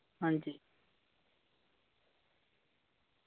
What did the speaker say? अं